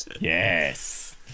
Yes